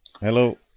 Hello